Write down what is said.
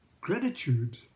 gratitude